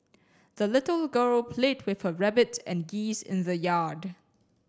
the little girl played with her rabbit and geese in the yard